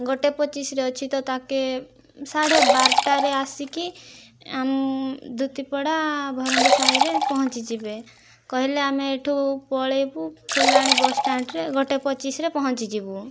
ଗୋଟାଏ ପଚିଶରେ ଅଛି ତ ତାଙ୍କେ ସାଢେ ବାରଟାରେ ଆସିକି ଦୁତିପଦା ଭରଣ୍ଡିସାହିରେ ପହଞ୍ଚିଯିବେ କହିଲେ ଆମେ ଏଠୁ ପଳେଇବୁ ଫୁଲବାଣୀ ବସ୍ ଷ୍ଟାଣ୍ଡ ରେ ଗୋଟାଏ ପଚିଶରେ ପହଞ୍ଚିଯିବୁ